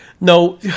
No